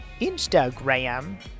Instagram